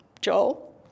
Joel